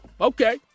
okay